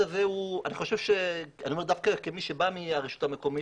דווקא כמי שבא מהרשות המקומית,